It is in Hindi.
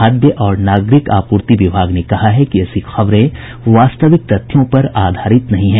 खाद्य और नागरिक आपूर्ति विभाग ने कहा है कि ऐसी खबरें वास्तविक तथ्यों पर आधारित नहीं हैं